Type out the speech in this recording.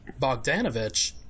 Bogdanovich